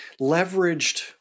leveraged